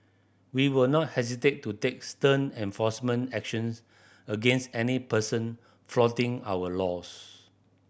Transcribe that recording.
we will not hesitate to take stern enforcement actions against any person flouting our laws